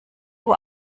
uhr